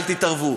אל תתערבו.